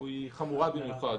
היא חמורה במיוחד